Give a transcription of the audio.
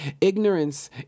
Ignorance